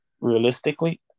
realistically